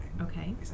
Okay